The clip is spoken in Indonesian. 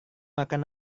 makan